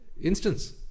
instance